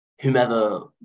whomever